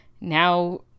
now